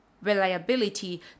reliability